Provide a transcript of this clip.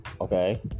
Okay